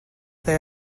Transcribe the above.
they